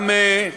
גם,